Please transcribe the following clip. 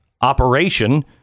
operation